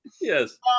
Yes